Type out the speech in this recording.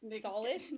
solid